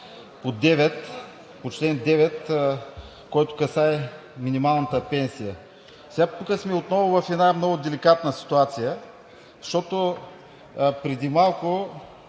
говоря по чл. 9, който касае минималната пенсия. Тук отново сме в много деликатна ситуация, защото преди малко